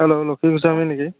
hello Lakshmi Goswami নেকি